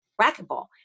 racquetball